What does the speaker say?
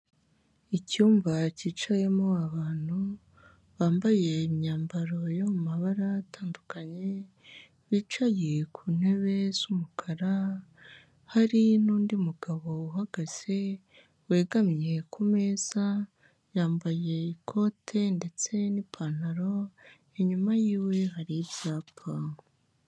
Icyumba cyicayemo abantu bambaye imyambaro yo mu mabara atandukanye, bicaye ku ntebe z'umukara hari n'undi mugabo uhagaze wegamye ku meza, yambaye ikote ndetse n'ipantaro inyuma yiwe hari icyapa.